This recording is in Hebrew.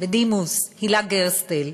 בדימוס הילה גרסטל,